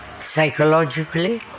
Psychologically